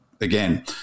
again